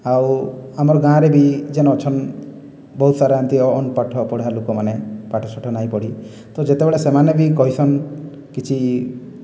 ଆଉ ଆମର ଗାଁରେ ବି ଯେନ୍ ଅଛନ୍ ବହୁତ ସାରା ଏମିତି ଅନ୍ପାଠ ପଢ଼ା ଲୋକମାନେ ପାଠ ସାଠ ନାଇଁ ପଢ଼ି ତ ଯେତେବେଳେ ସେମାନେ ବି କହିସନ୍ କିଛି